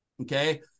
okay